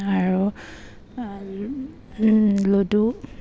আৰু লুডু